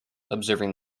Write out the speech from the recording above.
observing